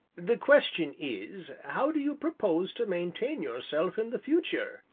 the question is, how do you propose to maintain yourself in the future?